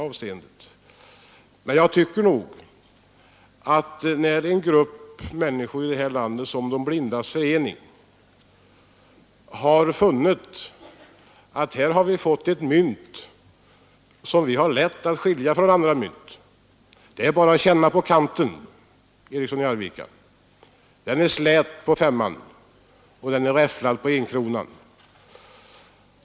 Men i De blindas förening har man funnit att här är ett mynt som de har lätt att skilja från andra mynt. Det är bara till att känna efter på myntkanten herr Eriksson. Den är slät på femkronan men räfflad på enkronan.